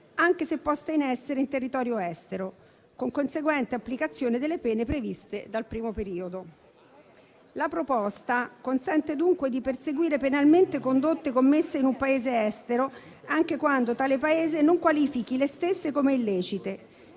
anche se poste in essere in territorio estero, con conseguente applicazione delle pene previste dal primo periodo. La proposta consente dunque di perseguire penalmente condotte commesse in un Paese estero anche quando tale Paese non qualifichi le stesse come illecite,